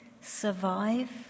survive